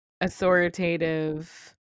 authoritative